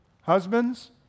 husbands